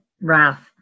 wrath